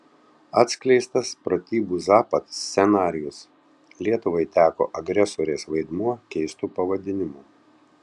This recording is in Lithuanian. atskleistas pratybų zapad scenarijus lietuvai teko agresorės vaidmuo keistu pavadinimu